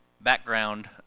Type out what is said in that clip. background